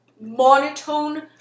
monotone